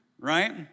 Right